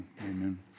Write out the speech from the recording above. Amen